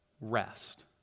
rest